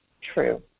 true